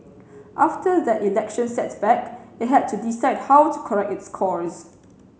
after that election setback it had to decide how to correct its course